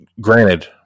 Granted